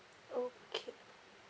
okay